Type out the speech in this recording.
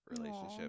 relationship